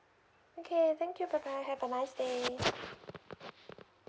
okay thank you bye bye have a nice day